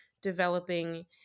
developing